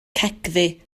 cegddu